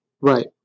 Right